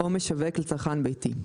"או משווק לצרכן ביתי";